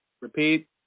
Repeat